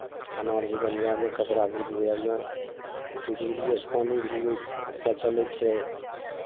खाना भी बनबयमे कपड़ा भी धुअयमे बीजलिएसँ पानि भी आजकल चलै छै